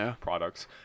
products